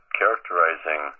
characterizing